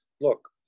look